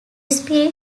spirit